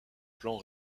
plan